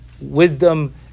wisdom